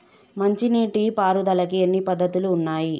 మంచి నీటి పారుదలకి ఎన్ని పద్దతులు ఉన్నాయి?